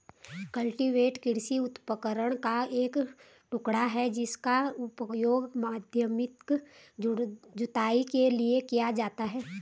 cultivator कृषि उपकरण का एक टुकड़ा है जिसका उपयोग माध्यमिक जुताई के लिए किया जाता है